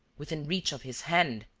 within reach of his hand.